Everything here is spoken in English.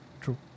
True